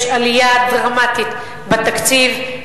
יש עלייה דרמטית בתקציב,